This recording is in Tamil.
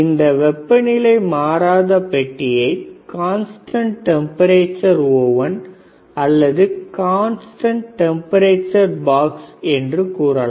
இந்த வெப்ப நிலை மாறாத பெட்டியை கான்ஸ்டன்ட் டெம்பரேச்சர் ஓவன் அல்லது கான்ஸ்டன்ட் டெம்பரேச்சர் பாக்ஸ் என்று கூறலாம்